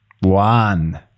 One